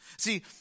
See